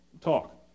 talk